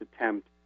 attempt